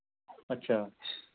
ਅੱਛਾ